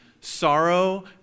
sorrow